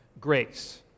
Grace